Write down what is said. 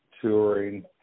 touring